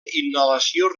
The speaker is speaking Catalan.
inhalació